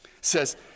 says